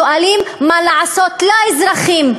לשאול מה לעשות לאזרחים,